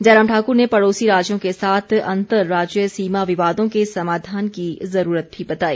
जयराम ठाकुर ने पड़ोसी राज्यों के साथ अंतर राज्य सीमा विवादों के समाधान की जरूरत भी बताई